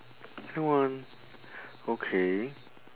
don't want okay